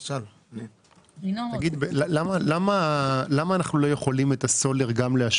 תגיד, למה אנחנו לא יכולים להשוות גם את הסולר?